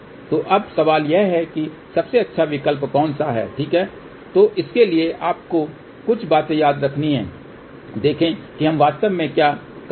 तो अब सवाल यह है कि सबसे अच्छा विकल्प कौन सा है ठीक है तो उसके लिए आपको कुछ बातें याद रखनी हैं देखें कि हम वास्तव में क्या कर रहे हैं